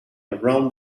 around